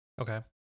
Okay